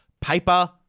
paper